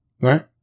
Right